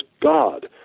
God